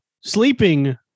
sleeping